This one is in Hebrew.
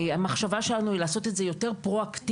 המחשבה שלנו היא לעשות את זה יותר פרו-אקטיבי.